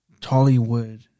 Tollywood